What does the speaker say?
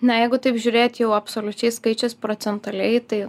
na jeigu taip žiūrėt jau absoliučiais skaičiais procentualiai tai